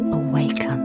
awaken